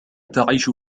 تعيش